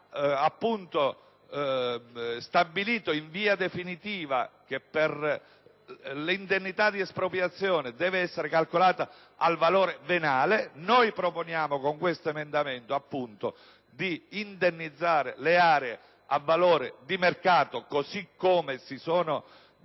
stabilito in via definitiva che l'indennità di espropriazione deve essere calcolata al valore venale. Noi proponiamo con l'emendamento 2.270/300 di indennizzare le aree a valore di mercato, così come vengono definite